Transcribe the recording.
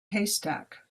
haystack